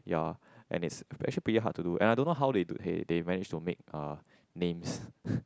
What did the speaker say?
ya and it's actually pretty hard to do and I don't know how uh they they manage to make names